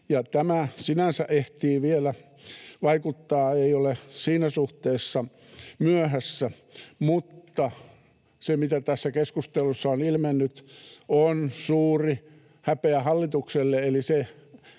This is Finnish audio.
tämä sinänsä ehtii vielä vaikuttaa, ei olla siinä suhteessa myöhässä, mutta se, mitä tässä keskustelussa on ilmennyt, on suuri häpeä hallitukselle, eli se,